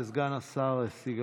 תודה רבה לסגן השר סגלוביץ'.